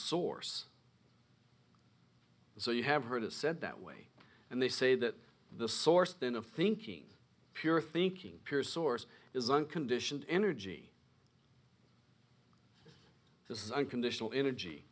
source so you have heard it said that way and they say that the source then of thinking pure thinking piers source is unconditioned energy this is unconditional energy